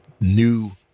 new